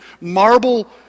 marble